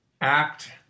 act